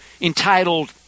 entitled